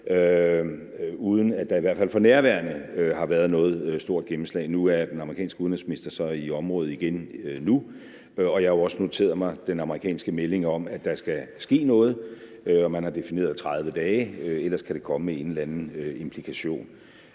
uden at der i hvert fald for nærværende har været noget stort gennemslag. Nu er den amerikanske udenrigsminister så igen i området, og jeg har jo også noteret mig den amerikanske melding om, at der skal ske noget, hvor man har defineret 30 dage, og ellers kan der komme en eller anden implikation,